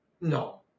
No